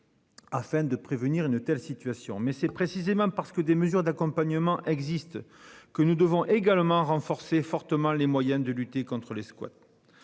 Afin de prévenir une telle situation. Mais c'est précisément parce que des mesures d'accompagnement existe que nous devons également renforcer fortement les moyens de lutter contres les squats.